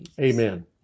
amen